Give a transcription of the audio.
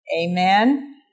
Amen